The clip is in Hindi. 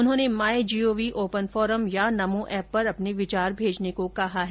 उन्होंने माई जीओवी ओपन फोरम या नमो एप पर अपने विचार भेजने को कहा है